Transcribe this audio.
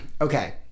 Okay